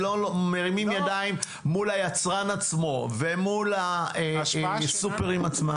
ומרימים ידיים מול היצרן עצמו ומול הסופרים עצמם.